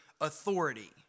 authority